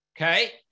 okay